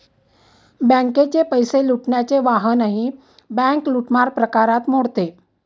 बँकेचे पैसे लुटण्याचे वाहनही बँक लूटमार प्रकारात मोडते